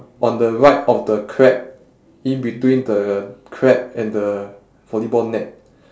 on the right of the crab in between the crab and the volleyball net